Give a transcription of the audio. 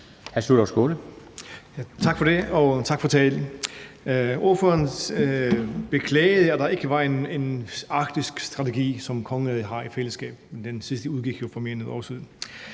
Sjúrður Skaale (JF): Tak for det, og tak for talen. Ordføreren beklagede, at der ikke var en arktisk strategi, som kongeriget har i fællesskab. Men den sidste udgik jo for mere end et år siden.